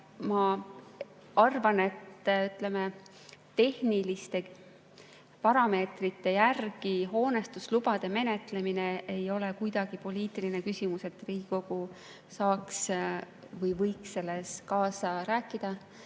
Ma arvan, et tehniliste parameetrite järgi hoonestuslubade menetlemine ei ole kuidagi poliitiline küsimus, et Riigikogu saaks või võiks selles kaasa rääkida.